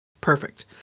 Perfect